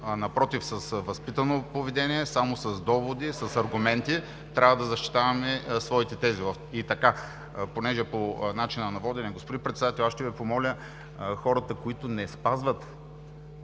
напротив, с възпитано поведение, само с доводи, аргументи трябва да защитаваме своите тези. И понеже е по начина на водене – господин Председател, аз ще Ви помоля хората, които не спазват